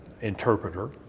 interpreter